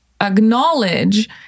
acknowledge